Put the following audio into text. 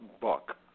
book